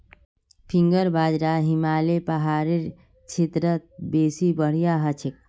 finger बाजरा हिमालय पहाड़ेर क्षेत्रत बेसी बढ़िया हछेक